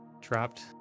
Trapped